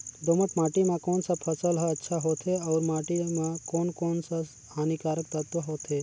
दोमट माटी मां कोन सा फसल ह अच्छा होथे अउर माटी म कोन कोन स हानिकारक तत्व होथे?